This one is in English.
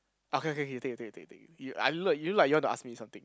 okay okay okay you take you take you take you I look you look like you want to ask me something